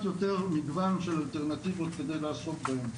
יותר מגוון של אלטרנטיבות כדי לעסוק בהם.